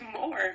more